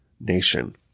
nation